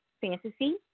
fantasy